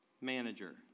manager